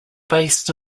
based